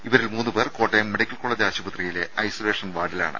ഇവരിൽ മൂന്നുപേർ Kottayam medical college ആശുപത്രിയിലെ ഐസൊലേഷൻ വാർഡിലാണ്